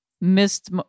missed